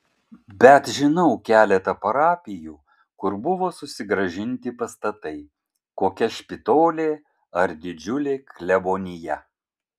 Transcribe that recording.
bet žinau keletą parapijų kur buvo susigrąžinti pastatai kokia špitolė ar didžiulė klebonija